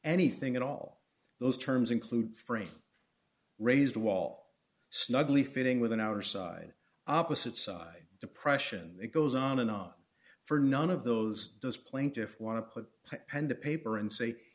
anything at all those terms include frame raised wall snugly fitting within our side opposite side depression it goes on and on for none of those those plaintiffs want to put pen to paper and say